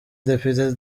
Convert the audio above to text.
depite